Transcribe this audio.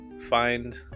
find